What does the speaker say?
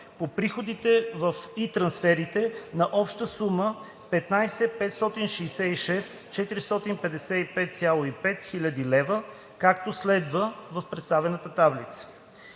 по приходите и трансферите на обща сума 15 566 455,5 хил. лв., както следва: (Съгласно таблица